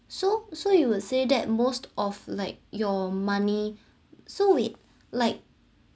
so so you would say that most of like your money so it like